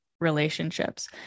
relationships